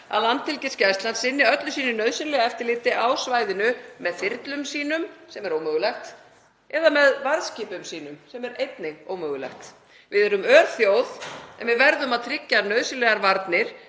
að Landhelgisgæslan sinni öllu sínu nauðsynlega eftirliti á svæðinu með þyrlum sínum, sem er ómögulegt, eða með varðskipum sínum, sem er einnig ómögulegt. Við erum örþjóð en við verðum að tryggja nauðsynlegar varnir,